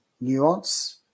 nuance